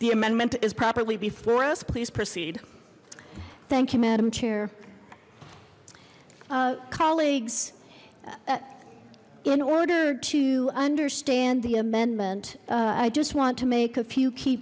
the amendment is properly before us please proceed thank you madam chair colleagues in order to understand the amendment i just want to make a few key